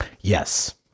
Yes